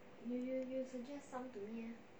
ya you suggest some to me